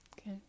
okay